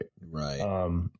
Right